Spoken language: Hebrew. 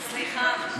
סליחה.